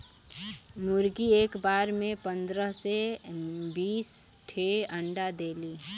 मुरगी एक बार में पन्दरह से बीस ठे अंडा देली